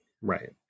Right